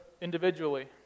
individually